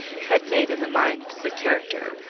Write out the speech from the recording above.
had made in the mind, the character,